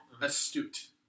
Astute